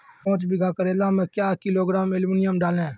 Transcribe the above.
पाँच बीघा करेला मे क्या किलोग्राम एलमुनियम डालें?